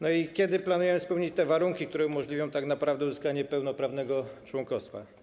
No i kiedy planujemy spełnić warunki, które umożliwią tak naprawdę uzyskanie pełnoprawnego członkostwa?